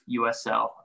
USL